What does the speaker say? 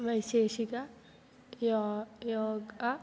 वैशेषिकं योगः योगः